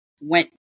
went